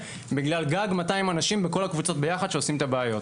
בגלל גג מאתיים אנשים בכל הקבוצות ביחד שעושים את הבעיות.